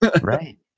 Right